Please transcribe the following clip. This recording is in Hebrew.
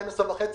12.5%?